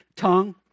Tongue